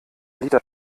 liter